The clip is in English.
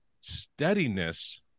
steadiness